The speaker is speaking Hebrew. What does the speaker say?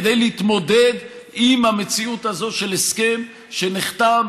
כדי להתמודד עם המציאות הזו של הסכם שנחתם,